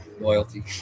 Loyalty